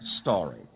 story